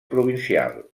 provincial